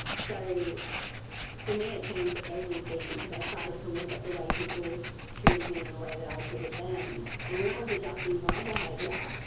so for me it's changed everything because i started to look at the way people treated me and the way that i treated them. and when i was adjusting my behaviour,